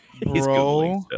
bro